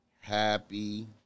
happy